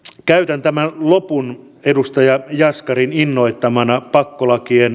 z käydään tämän lopun edustaja jaskarin arvoisa puhemies